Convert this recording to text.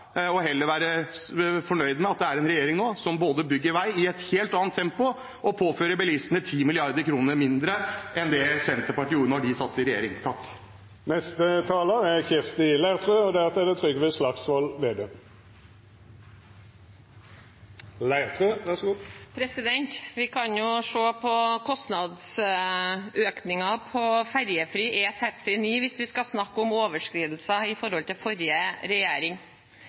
og heller være fornøyd med at det nå er en regjering som både bygger vei i et helt annet tempo, og påfører bilistene 10 mrd. kr mindre enn det Senterpartiet gjorde da de satt i regjering. Vi kan jo se på kostnadsøkningen på ferjefri E39 hvis vi skal snakke om overskridelser i forhold til under forrige regjering.